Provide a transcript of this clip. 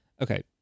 okay